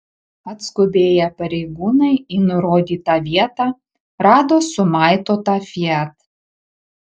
atskubėję pareigūnai į nurodytą vietą rado sumaitotą fiat